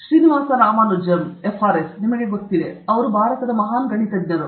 Srinivasa Ramanujan FRS ನಿಮಗೆ ಗೊತ್ತಾ ಭಾರತದ ಮಹಾನ್ ಗಣಿತಜ್ಞರು